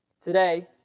Today